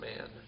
man